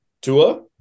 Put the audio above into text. Tua